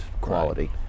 quality